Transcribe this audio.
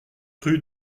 rue